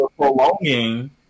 prolonging